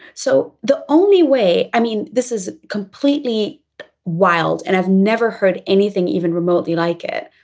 so the only way i mean this is completely wild and i've never heard anything even remotely like it.